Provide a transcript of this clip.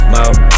Mouth